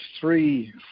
three